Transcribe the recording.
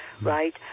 right